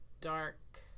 dark